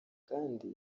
kandi